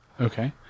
Okay